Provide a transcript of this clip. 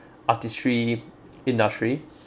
artistry industry